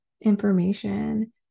information